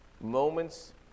moments